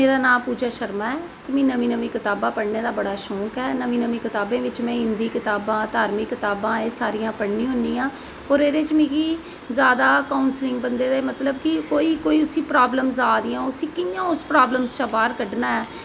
मेरा नाम पूजा शर्मा ऐ नमीं नमीं मिगी कताबां पढ़ने दा शौक ऐ नमीं नमीं कताबें में हिंदी कताबां धार्मिक कताबां एह् सारियां पढ़नी होनी आं पर एह्दे च जादा मिगी की उसी प्रॉब्लमां आवा दियां ते उसी किया बाहर कड्ढना ऐ